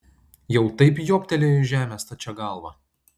jau taip jobtelėjo į žemę stačia galva